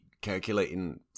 calculating